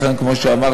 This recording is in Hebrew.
לכן, כמו שאמרתי,